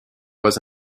was